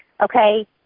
okay